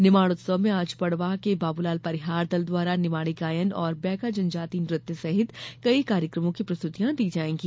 निमाड़ उत्सव में आज बड़वाह के बाबूलाल परिहार दल द्वारा निमाड़ी गायन और बैगा जनजातीय नृत्य सहित कई कार्यक्रम की प्रस्तुति की जायेगी